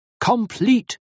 Complete